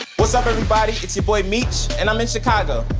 what's up, everybody? it's your boy meech, and i'm in chicago.